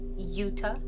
utah